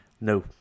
No